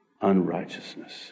unrighteousness